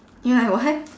ya why